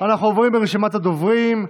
אנחנו עוברים לרשימת הדוברים.